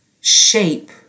shape